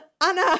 Anna